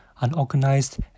unorganized